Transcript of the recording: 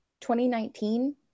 2019